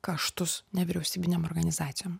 kaštus nevyriausybinėm organizacijom